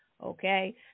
Okay